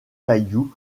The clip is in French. caillou